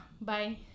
bye